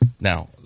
now